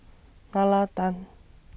Nalla Tan